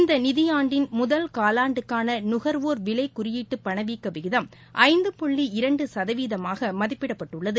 இந்த நிதியாண்டின் முதல் காலாண்டுக்கான நகர்வோர் விலை குறியீட்டு பணவீக்க விகிதம் ஐந்து புள்ளி இரண்டு சதவீதமாக மதிப்பிடப்பட்டுள்ளது